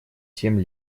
семь